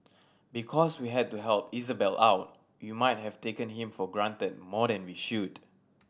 because we had to help Isabelle out we might have taken him for granted more than we should